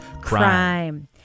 crime